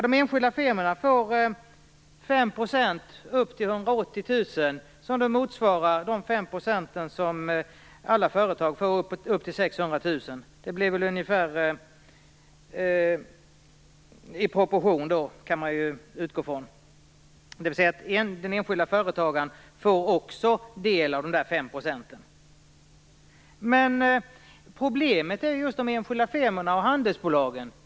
De enskilda firmorna får 5 % upp till 180 000, som motsvarar de 5 % som alla företag får upp till 600 000. Det blir väl ungefär i proportion, dvs. den enskilda företagaren får också del av dessa 5 %. Problemet är just de enskilda firmorna och handelsbolagen.